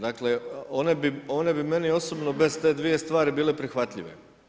Dakle, one bi meni osobno bez te dvije stvari bile prihvatljive.